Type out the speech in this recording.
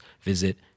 visit